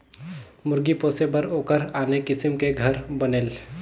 मुरगी पोसे बर ओखर आने किसम के घर बनेल